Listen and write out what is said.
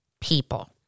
people